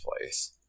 place